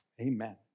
Amen